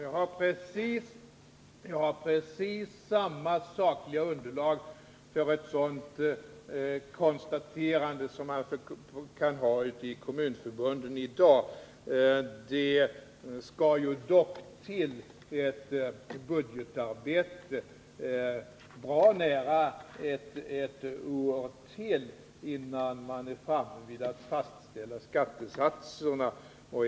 Jag har precis samma sakliga underlag för ett sådant konstaterande som kommunförbunden kan ha i dag. Det skall dock till ett budgetarbete under nära nog ett år innan man kan fastställa skattesatserna för 1981.